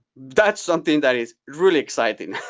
that's something that is really exciting,